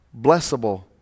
blessable